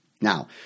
Now